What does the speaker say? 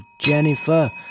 Jennifer